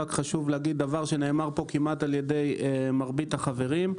רק חשוב להגיד דבר שנאמר פה כמעט על ידי מרבית החברים.